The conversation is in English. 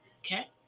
okay